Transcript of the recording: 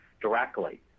directly